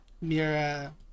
Mira